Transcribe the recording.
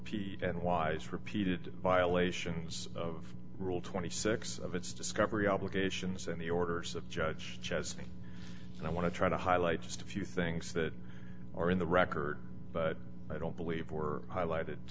and wise repeated violations of rule twenty six of its discovery obligations and the orders of judge chaz and i want to try to highlight just a few things that are in the record but i don't believe were highlighted